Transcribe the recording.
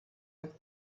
with